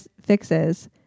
fixes